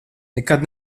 nekad